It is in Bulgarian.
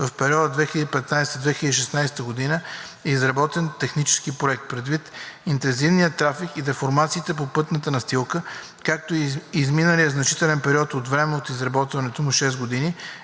в периода 2015 –2016 г. е изработен технически проект. Предвид интензивния трафик и деформациите по пътната настилка, както и изминалият значителен период от време от изработването му – шест години,